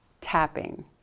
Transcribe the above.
tapping